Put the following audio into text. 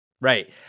right